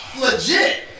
Legit